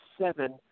seven